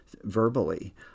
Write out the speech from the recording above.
verbally